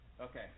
Okay